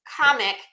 comic